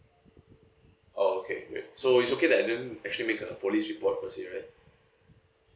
oh okay great so it's okay that I didn't actually make a police report firstly right